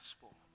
gospel